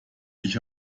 ich